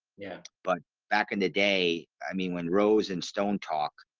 yeah, but back in the day, i mean when rose and stone talk